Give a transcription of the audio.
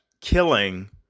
killing